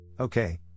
Okay